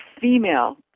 female